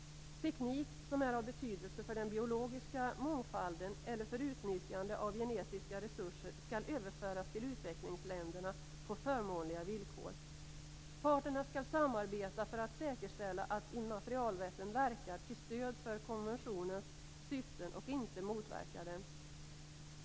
Teknik som är av betydelse för den biologiska mångfalden eller för utnyttjande av genetiska resurser skall överföras till utvecklingsländerna på förmånliga villkor. Parterna skall samarbeta för att säkerställa att immaterialrätten verkar till stöd för konventionens syften och inte motverkar den.